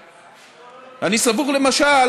אני סבור, למשל